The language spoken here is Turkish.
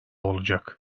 olacak